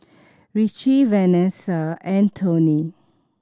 Ricci Venessa and Tony